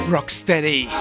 Rocksteady